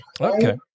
Okay